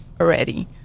Already